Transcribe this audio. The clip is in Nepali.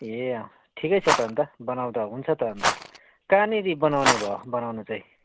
ए अँ ठिकै छ त अन्त बनाउँदा हुन्छ त अन्त कहाँनिर बनाउने भयो बनाउनु चाहिँ